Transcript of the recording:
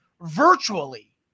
virtually